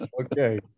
Okay